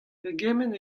pegement